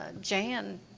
Jan